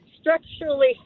structurally